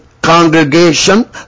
congregation